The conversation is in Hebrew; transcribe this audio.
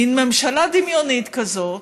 מין ממשלה דמיונית כזאת,